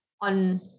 on